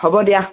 হ'ব দিয়া